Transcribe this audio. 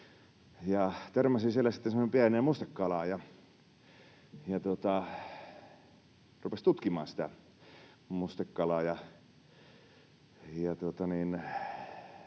semmoiseen pieneen mustekalaan ja rupesi tutkimaan sitä mustekalaa